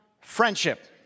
friendship